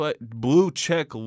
blue-check